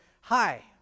Hi